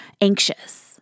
anxious